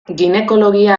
ginekologia